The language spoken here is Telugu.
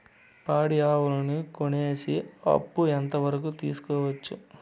పాడి ఆవులని కొనేకి అప్పు ఎంత వరకు తీసుకోవచ్చు?